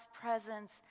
presence